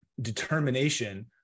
determination